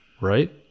right